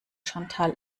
chantal